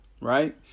right